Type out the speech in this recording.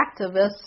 activists